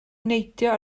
neidio